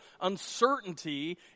uncertainty